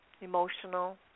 emotional